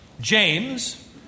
James